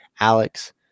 Alex